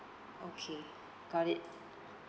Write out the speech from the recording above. okay got it